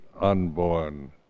unborn